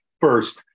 first